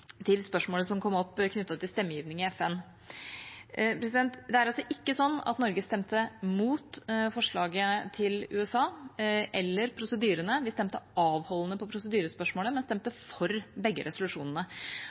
på spørsmålet som kom opp knyttet til stemmegiving i FN. Det er ikke slik at Norge stemte mot forslaget til USA eller prosedyrene. Vi stemte avholdende på prosedyrespørsmålet, men stemte for begge resolusjonene.